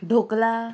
dhokla